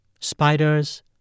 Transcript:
spiders